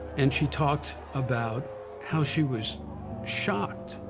and she talked about how she was shocked,